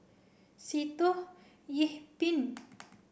Sitoh Yih Pin